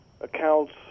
accounts